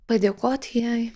padėkoti jai